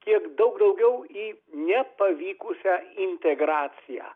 kiek daug daugiau į nepavykusią integraciją